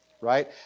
right